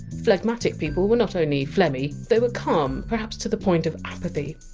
phlegmatic people were not only phlegmy, they were calm, perhaps to the point of apathy.